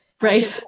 Right